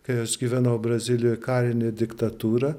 kai aš gyvenau brazilijoj karinė diktatūra